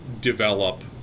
develop